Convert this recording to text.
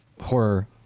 horror